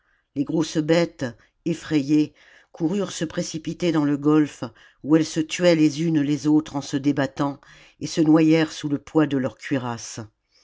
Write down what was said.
les grosses bêtes effrayées coururent se précipiter dans le golfe où elles se tuaient les unes les autres en se débattant et se noyèrent sous le poids de leurs cuirasses